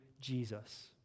Jesus